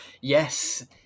Yes